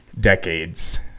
decades